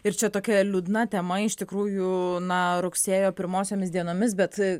ir čia tokia liūdna tema iš tikrųjų na rugsėjo pirmosiomis dienomis bet